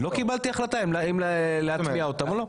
לא קיבלתי החלטה להטמיע אותם או לא,